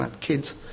kids